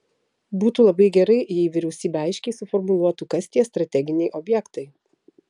būtų labai gerai jei vyriausybė aiškiai suformuluotų kas tie strateginiai objektai